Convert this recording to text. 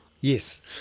Yes